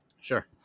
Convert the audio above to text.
Sure